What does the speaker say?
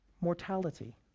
mortality